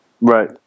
Right